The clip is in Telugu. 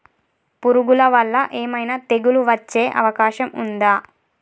పురుగుల వల్ల ఏమైనా తెగులు వచ్చే అవకాశం ఉందా?